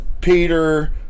Peter